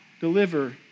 deliver